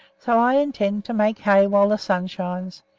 so i intend to make hay while the sun shines,